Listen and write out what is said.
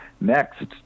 next